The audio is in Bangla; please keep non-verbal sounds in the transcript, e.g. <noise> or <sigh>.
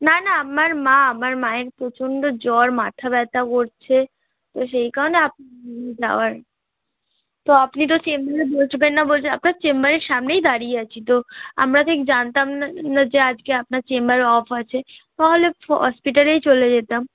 না না আমার মা আমার মায়ের প্রচণ্ড জ্বর মাথা ব্যথা করছে তো সেই কারণে <unintelligible> <unintelligible> তো আপনি তো চেম্বারে বসবেন না বলছেন আপনার চেম্বারের সামনেই দাঁড়িয়ে আছি তো আমরা ঠিক জানতাম না যে আজকে আপনার চেম্বার অফ আছে তাহলে <unintelligible> হসপিটালেই চলে যেতাম